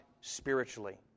spiritually